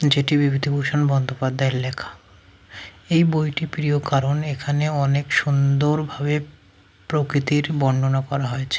যেযেটি বিভূতিভূষণ বন্দ্যোপাধ্যায়ের লেখা এই বইটি প্রিয় কারণ এখানে অনেক সুন্দরভাবে প্রকৃতির বর্ণনা করা হয়েছে